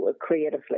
creatively